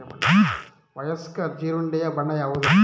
ವಯಸ್ಕ ಜೀರುಂಡೆಯ ಬಣ್ಣ ಯಾವುದು?